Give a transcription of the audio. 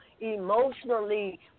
emotionally